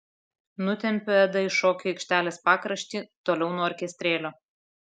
nutempiu edą į šokių aikštelės pakraštį toliau nuo orkestrėlio